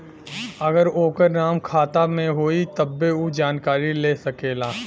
अगर ओकर नाम खाता मे होई तब्बे ऊ जानकारी ले सकेला